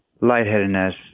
lightheadedness